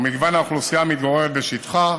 ובמגוון האוכלוסייה המתגוררת בשטחה,